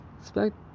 expect